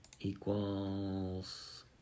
equals